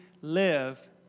live